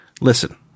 Listen